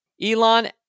Elon